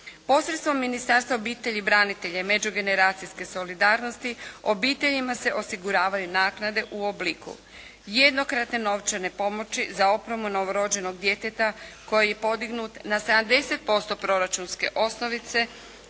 Posredstvom Ministarstva obitelji, branitelja i međugeneracijske solidarnosti obiteljima se osiguravaju naknade u obliku jednokratne novčane pomoći za opremu novorođenog djeteta koji je podignut na 70% proračunske osnovice